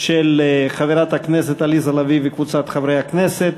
של חברת הכנסת עליזה לביא וקבוצת חברי הכנסת,